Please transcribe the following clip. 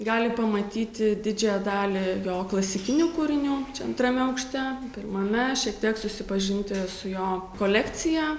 gali pamatyti didžiąją dalį jo klasikinių kūrinių čia antrame aukšte pirmame šiek tiek susipažinti su jo kolekcija